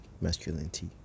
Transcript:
masculinity